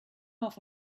off